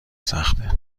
سخته